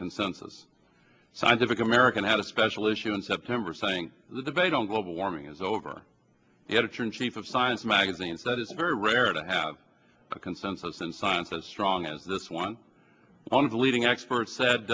consensus scientific american had a special issue in september saying the debate on global warming is over the editor in chief of science magazines that it's very rare to have a consensus in science as strong as this one one of the leading experts sa